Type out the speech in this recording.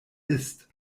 ist